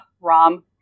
Rom